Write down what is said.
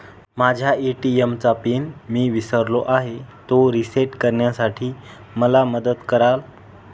माझ्या ए.टी.एम चा पिन मी विसरलो आहे, तो रिसेट करण्यासाठी मला मदत कराल?